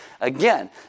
Again